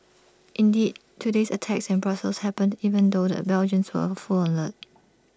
indeed today's attacks in Brussels happened even though the Belgians were on full alert